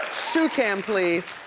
shoe cam, please.